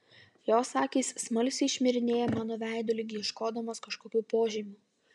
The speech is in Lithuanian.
jos akys smalsiai šmirinėja mano veidu lyg ieškodamos kažkokių požymių